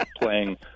playing